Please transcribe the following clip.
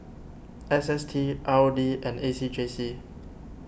S S T R O D and A C J C